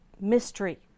mystery